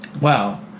Wow